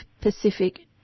Pacific